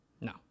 No